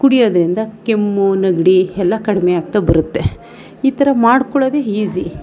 ಕುಡಿಯೋದ್ರಿಂದ ಕೆಮ್ಮು ನೆಗಡಿ ಎಲ್ಲ ಕಡಿಮೆಯಾಗ್ತಾ ಬರುತ್ತೆ ಈ ಥರ ಮಾಡ್ಕೊಳ್ಳೋದು ಈಸಿ